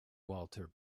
walter